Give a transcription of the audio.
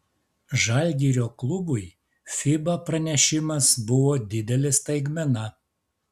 žalgirio klubui fiba pranešimas buvo didelė staigmena